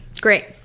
Great